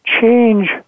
change